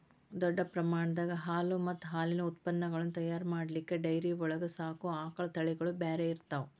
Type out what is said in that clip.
ದೊಡ್ಡ ಪ್ರಮಾಣದಾಗ ಹಾಲು ಮತ್ತ್ ಹಾಲಿನ ಉತ್ಪನಗಳನ್ನ ತಯಾರ್ ಮಾಡ್ಲಿಕ್ಕೆ ಡೈರಿ ಒಳಗ್ ಸಾಕೋ ಆಕಳ ತಳಿಗಳು ಬ್ಯಾರೆ ಇರ್ತಾವ